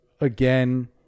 Again